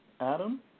Adam